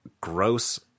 gross